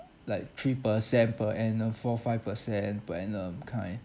like three percent per annum four five percent per annum kind